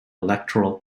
electoral